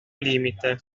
limite